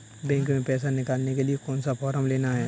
Bank में पैसा निकालने के लिए कौन सा फॉर्म लेना है?